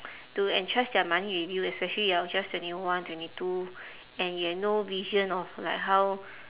to entrust their money with you especially you are just twenty one twenty two and you have no vision of like how